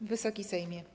Wysoki Sejmie!